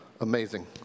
amazing